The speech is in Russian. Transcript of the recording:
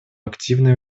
активное